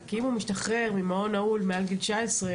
כי אם הוא משתחרר ממעון נעול מעל גיל 19,